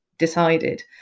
decided